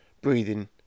breathing